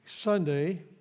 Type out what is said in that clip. Sunday